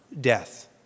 death